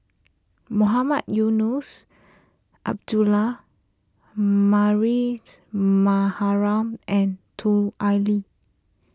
Mohamed Eunos Abdullah Mariam and Lut Ali